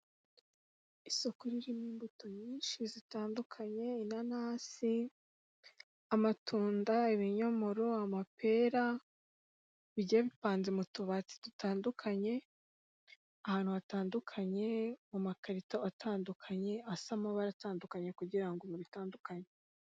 Isoko ririmo imbuto nyinshi zitandukanye inanasi, amatunda, ibinyomoro, amapera bigiye bigepanze mu tubati dutandukanye, ahantu hatandukanye, mu makarito atandukanye, asa amabara atandukanye kugira ngo mubitandukanye.